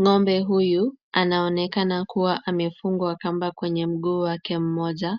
Ng'ombe huyu anaonekana kuwa amefungwa kamba kwenye mguu wake mmoja.